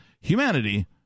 humanity